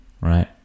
right